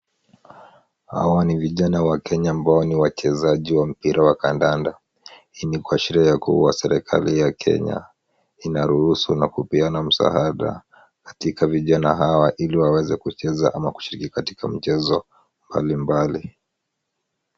Hawa ni vijana wa Kenya ambao ni wachezaji wa mpira wa kandanda. Hii ni kuashiria ya kuwa serikali ya Kenya inaruhusu na kupeana msaada katika vijana hawa ili waweze kucheza ama kushiriki katika michezo mbalimbali.